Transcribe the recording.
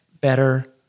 better